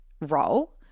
role